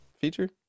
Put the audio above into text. feature